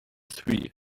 three